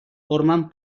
formen